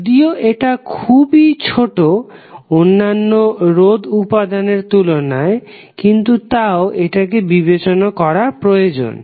যদিও এটা খুবই ছোট অন্যান্য রোধ উপাদানের তুলনায় কিন্তু তাও এটাকে বিবেচনা করা প্রয়োজন